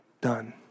done